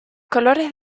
colores